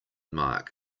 mark